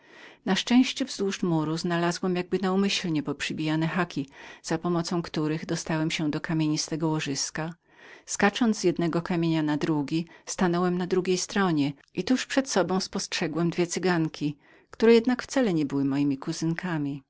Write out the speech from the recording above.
na szczęście wzdłuż muru znalazłem jakby naumyślnie poprzybijane haki za pomocą których dostałem się do kamienistego łożyska i skacząc z jednego kamienia na drugi stanąłem na drugiej stronie i tuż przed sobą spostrzegłem dwie cyganki które jednak wcale nie były memi